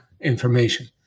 information